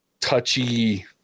touchy